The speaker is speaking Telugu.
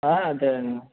ఆ అదే అండి